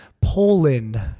poland